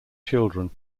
children